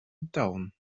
domhan